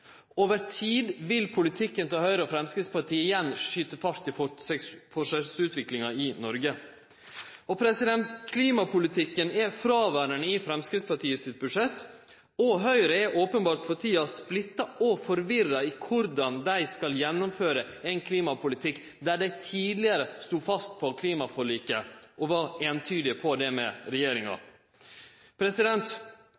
Over tid vil politikken til Høgre og Framstegspartiet igjen skyte fart i forskjellsutviklinga i Noreg. Klimapolitikken er fråverande i Framstegspartiets budsjett, og Høgre er openbert for tida splitta og forvirra når det gjeld korleis dei skal gjennomføre ein klimapolitikk. Dei stod tidlegare fast på klimaforliket og var eintydige på det, saman med